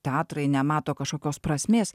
teatrai nemato kažkokios prasmės